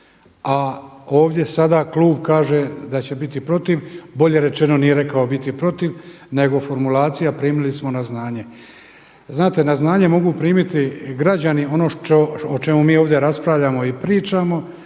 a ovdje sada Klub kaže da će biti protiv. Bolje rečeno nije rekao biti protiv, nego formulacija primili smo na znanje. Znate na znanje mogu primiti građani ono o čemu mi ovdje raspravljamo i pričamo,